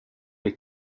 est